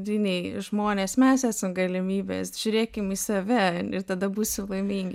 dvyniai žmonės mes esam galimybės žiūrėkim į save ir tada būsim laimingi